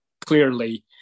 clearly